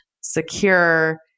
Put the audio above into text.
secure